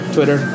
Twitter